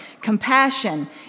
compassion